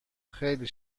خیلی